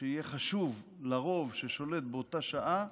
שיהיה חשוב לרוב ששולט באותה שעה